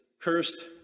cursed